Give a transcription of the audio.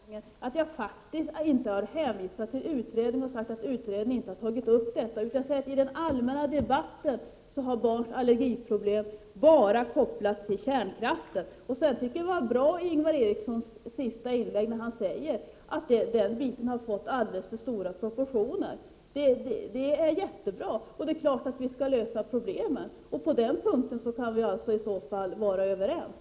Fru talman! För andra gången: Jag har faktiskt inte hänvisat till allergiutredningen och sagt att denna inte har tagit upp den aktuella frågan. Jag har sagt att barns allergiproblem bara har kopplats till kärnkraften i den allmänna debatten. Det var mycket bra att Ingvar Eriksson, som han gjorde i sitt senaste inlägg, sade att den biten har fått alldeles för stora proportioner. Det är klart att vi skall lösa dessa problem. På den punkten kan vi i så fall vara överens.